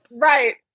Right